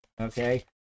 Okay